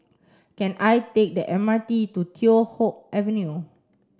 can I take the M R T to Teow Hock Avenue